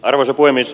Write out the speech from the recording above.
arvoisa puhemies